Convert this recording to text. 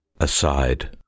Aside